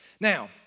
Now